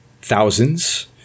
thousands